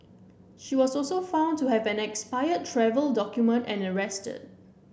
she was also found to have an expired travel document and arrested